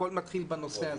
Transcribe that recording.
הכול מתחיל בנושא הזה.